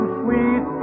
sweet